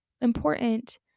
important